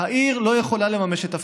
העיר לא יכולה לממש את תפקידה.